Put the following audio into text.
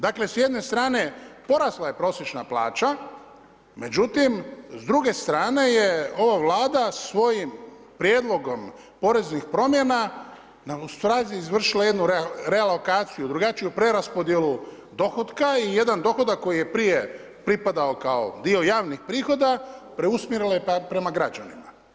Dakle s jedne strane porasla je prosječna plaća međutim, s druge strane je ova Vlada svojim prijedlogom poreznih promjena ustvari izvršila jednu relokaciju, drugačiju preraspodjelu dohotka i jedan dohodak koji je prije pripadao kao dio javnih prihoda, preusmjerila je prema građanima.